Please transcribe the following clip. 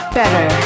better